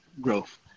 Growth